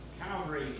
Calvary